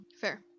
Fair